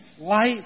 life